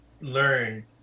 learn